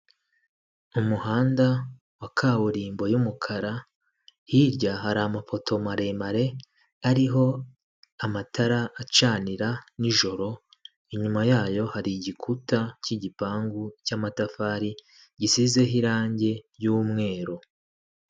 Umuhanda wa kaburimbo y'umukara, hirya hari amapoto maremare ariho amatara acanira nijoro, inyuma yayo hari igikuta cy'igipangu cy'amatafari, gisizeho irangi ry'umweru.